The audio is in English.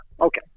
Okay